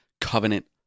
covenant